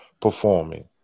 performing